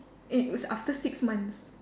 it was after six months